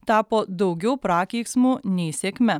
tapo daugiau prakeiksmu nei sėkme